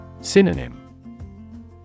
Synonym